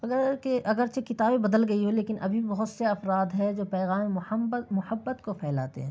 اگر کہ اگرچہ کتابیں بدل گئی ہو لیکن ابھی بھی بہت سے افراد ہیں جو پیغام محبت کو پھیلاتے ہیں